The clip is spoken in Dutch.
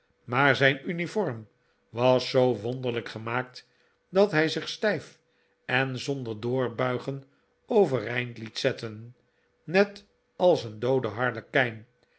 maar zijn uniform was zoo wonderlijk gemaakt dat hij zich stijf en zonder doorbuigen overeind liet zetten net als een doode harlekijn